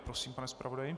Prosím, pane zpravodaji.